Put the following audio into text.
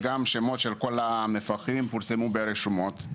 בנוסף, שמות כל המפקחים פורסמו ברשומות.